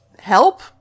help